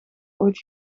ooit